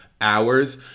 Hours